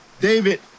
David